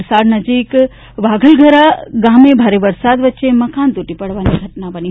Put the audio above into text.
વલસાડ નજીક વાઘલધરા ગામે ભારે વરસાદ વચ્ચે મકાન તૂટી પડવાની ઘટના બની હતી